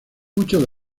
muchos